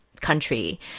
country